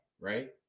right